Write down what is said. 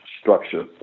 structure